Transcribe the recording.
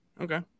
Okay